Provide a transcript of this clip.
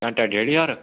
quintal दा डेढ़ ज्हार